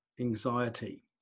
anxiety